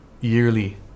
yearly